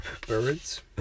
Birds